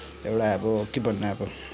एउटा अब के भन्नु अब